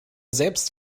selbst